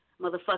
Motherfucker